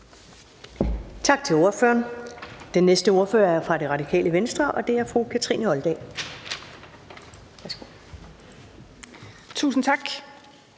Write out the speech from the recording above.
Tak til ordføreren. Den næste ordfører er fra Det Radikale Venstre, og det er fru Kathrine Olldag. Værsgo. Kl.